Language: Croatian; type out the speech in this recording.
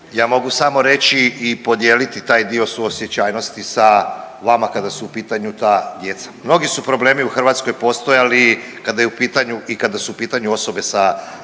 Ja mogu samo reći i podijeliti taj dio suosjećajnosti sa vama kada su u pitanju ta djeca. Mnogi su problemi u Hrvatskoj postojali kada je u pitanju i kada su u pitanju osobe sa